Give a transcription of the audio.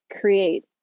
create